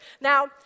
Now